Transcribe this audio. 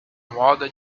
moda